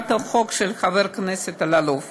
הצעת החוק של חבר הכנסת אלאלוף